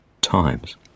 times